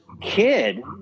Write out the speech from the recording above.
kid